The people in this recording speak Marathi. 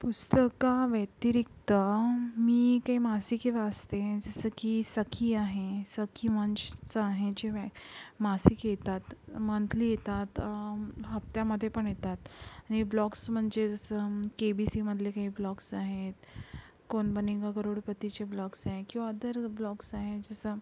पुस्तकाव्यतिरिक्त मी काही मासिके वाचते जसं की सखी आहे सखी मंचचं आहे जे व्या मासिक येतात मंथली येतात हप्त्यामध्ये पण येतात आणि ब्लॉक्स म्हणजे जसं केबीसीमधले काही ब्लॉक्स आहेत कौन बनेगा करोडपतीचे ब्लॉक्स आहे किंवा अदर ब्लॉक्स आहे जसा